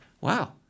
wow